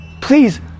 please